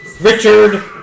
Richard